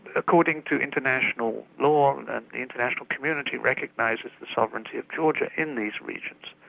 according to international law and the international community recognises the sovereignty of georgia in these regions,